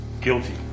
guilty